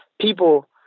people